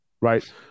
Right